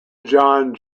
john